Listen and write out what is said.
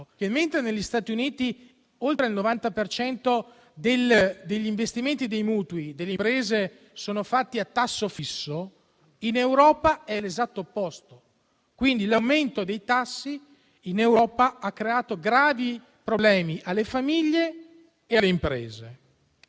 mentre negli Stati Uniti oltre il 90 per cento degli investimenti e dei mutui delle imprese è a tasso fisso, in Europa è l'esatto opposto. Quindi, l'aumento dei tassi in Europa ha creato gravi problemi alle famiglie e alle imprese.